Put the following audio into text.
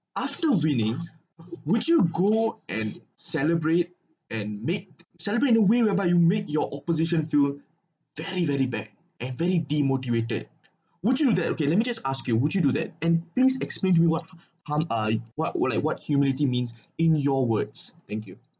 after winning which you go and celebrate and made celebrate in the way whereby you made your opposition feel very very bad and very demotivated would you do that okay let me just ask you would you do that and please explain do you what hum~ uh what what I what humility means in your words thank you